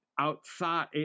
outside